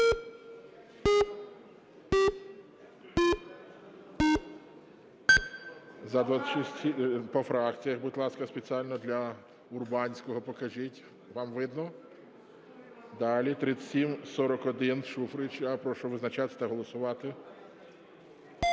По фракціях, будь ласка, спеціально для Урбанського покажіть. Вам видно? Далі. 3741 – Шуфрича. Прошу визначатись та голосувати.